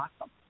awesome